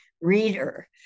reader